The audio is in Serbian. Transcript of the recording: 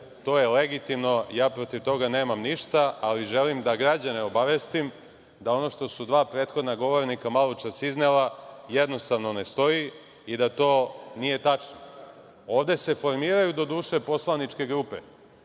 to je legitimno. Protiv toga nemam ništa, ali želim da građane obavestim da ono što su dva prethodna govornika maločas iznela jednostavno ne stoji i da to nije tačno. Ovde se formiraju doduše, poslaničke grupe